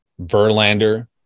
verlander